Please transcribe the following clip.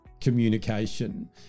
communication